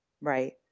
Right